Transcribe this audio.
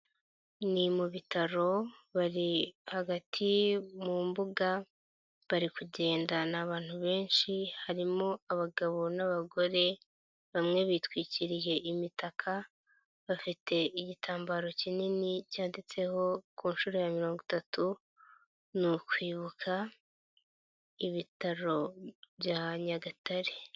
Ni mu bitaro, bari hagati mu mbuga, bari kugenda ni abantu benshi, harimo abagabo n'abagore, bamwe bitwikiriye imitaka, bafite igitambaro kinini cyanditseho ku nshuro ya mirongo itatu, ni ukwibuka, ibitaro bya Nyagatare.